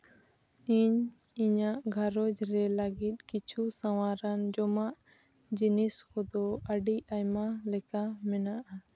ᱤᱧ ᱤᱧᱟᱹᱜ ᱜᱷᱟᱨᱚᱸᱡᱽ ᱨᱮ ᱞᱟᱹᱜᱤᱫ ᱠᱤᱪᱷᱩ ᱥᱟᱶᱟᱨᱟᱱ ᱡᱚᱢᱟᱜ ᱡᱤᱱᱤᱥ ᱠᱚᱫᱚ ᱟᱹᱰᱤ ᱟᱭᱢᱟ ᱞᱮᱠᱟ ᱢᱮᱱᱟᱜᱼᱟ